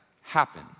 happen